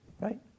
right